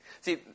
See